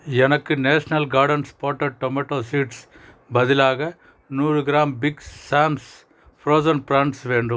எனக்கு national gardens spotted tomato seeds பதிலாக நூறுகிராம் பிக் ஸாம்ஸ் ஃப்ரோசன் ப்ரான்ஸ் வேண்டும்